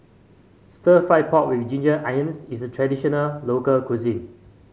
Stir Fried Pork with Ginger Onions is a traditional local cuisine